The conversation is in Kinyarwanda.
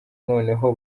noneho